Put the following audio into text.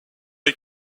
des